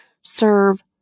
serve